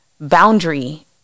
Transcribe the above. boundary